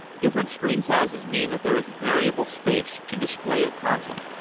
different screen sizes mean that there is variable space to display the content.